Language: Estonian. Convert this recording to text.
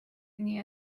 nii